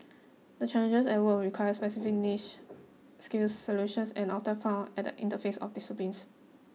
the challenges at work will require specific niche skills and solutions are often found at the interfaces of disciplines